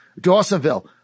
Dawsonville